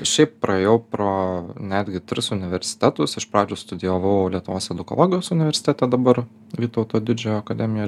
šiaip praėjau pro netgi tris universitetus iš pradžių studijavau lietuvos edukologijos universitete dabar vytauto didžiojo akademija